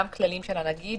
גם כללים של הנגיד,